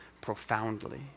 profoundly